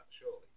surely